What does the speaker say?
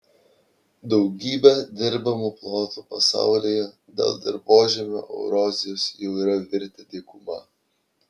daugybė dirbamų plotų pasaulyje dėl dirvožemio erozijos jau yra virtę dykuma